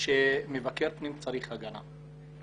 שמבקר פנים צריך הגנה.